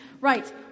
Right